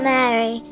Mary